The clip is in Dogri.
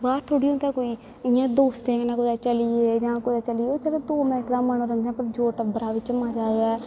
बाह्र थोह्ड़ी होंदा कोई इयां दोस्तें कन्नै कुतै चली गे जां कुतै चली गे ओह् चलो दो मैंट्ट दा मनोरंजन पर टब्बरा च मजा ऐ